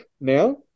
now